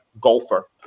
golfer